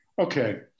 Okay